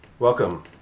Welcome